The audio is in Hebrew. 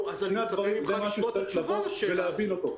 נו, אז אני מצפה ממך לשמוע את התשובה לשאלה הזאת.